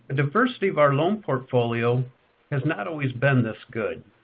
and diversity of our loan portfolio has not always been this good.